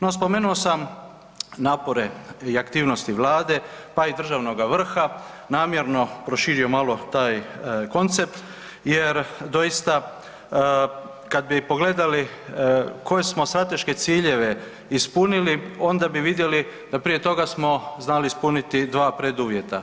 No, spomenuo sam napore i aktivnosti Vlade, pa i državnog vrha namjerno proširio malo taj koncept jer doista kad bi pogledali koje smo strateške ciljeve ispunili onda bi vidjeli da prije toga smo znali ispuniti dva preduvjeta.